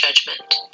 judgment